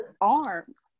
arms